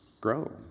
grow